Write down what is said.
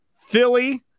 Philly